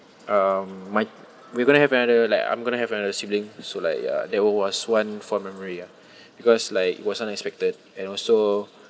um my we're going to have another like I'm going to have another sibling so like ya that one was one fond memory ah because like it was unexpected and also